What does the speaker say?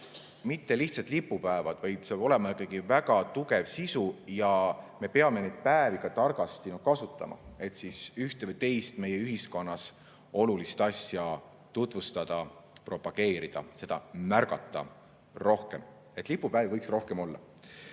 mitte lihtsalt lipupäevad, vaid seal peab olema ikkagi väga tugev sisu ja me peame neid päevi targasti kasutama, et ühte või teist meie ühiskonnas olulist asja tutvustada, propageerida, seda märgata rohkem. Nii et lipupäevi võiks rohkem olla.